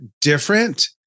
different